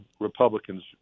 Republicans